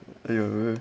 ya